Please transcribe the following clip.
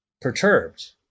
perturbed